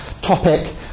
topic